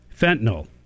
Fentanyl